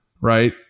right